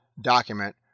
document